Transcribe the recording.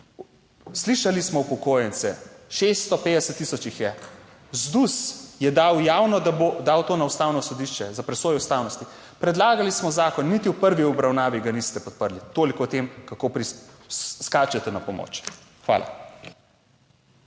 Slišali smo upokojence, 650 tisoč jih je. ZDUS je dal javno, da bo dal to na Ustavno sodišče za presojo ustavnosti. Predlagali smo zakon, niti v prvi obravnavi ga niste podprli. Toliko o tem, kako skačete na pomoč. Hvala.